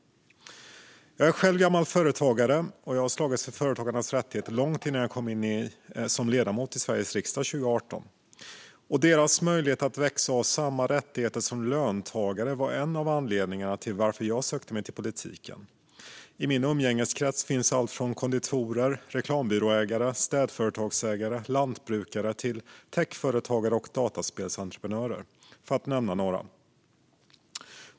Jag är själv gammal företagare och har slagits för företagarnas rättigheter långt innan jag kom in som ledamot i Sveriges riksdag 2018. Företagarnas möjligheter att växa och ha samma rättigheter som löntagare var en av anledningarna till att jag sökte mig till politiken. I min umgängeskrets finns allt från konditorer, reklambyråägare, städföretagsägare, lantbrukare till techföretagare och dataspelsentreprenörer, för att nämna några.